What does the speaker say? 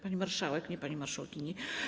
Pani marszałek, nie pani marszałkini.